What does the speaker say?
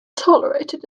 tolerated